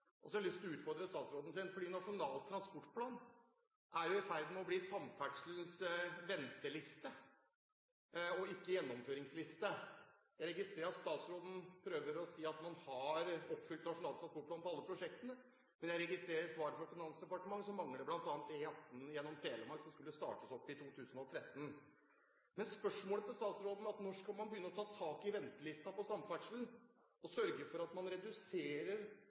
liten. Så en utfordring til statsråden, for Nasjonal transportplan er i ferd med å bli samferdselens venteliste og ikke gjennomføringsliste. Jeg registrerer at statsråden prøver å si at man har oppfylt Nasjonal transportplan på alle prosjektene, men jeg registrerer at i svaret fra Finansdepartementet mangler bl.a. E18 gjennom Telemark, som skulle startes opp i 2013. Men spørsmålet til statsråden er: Når skal man ta tak i ventelisten på samferdsel og sørge for at man reduserer